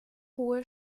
hohe